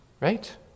right